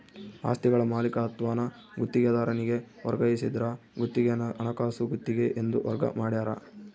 ಆಸ್ತಿಗಳ ಮಾಲೀಕತ್ವಾನ ಗುತ್ತಿಗೆದಾರನಿಗೆ ವರ್ಗಾಯಿಸಿದ್ರ ಗುತ್ತಿಗೆನ ಹಣಕಾಸು ಗುತ್ತಿಗೆ ಎಂದು ವರ್ಗ ಮಾಡ್ಯಾರ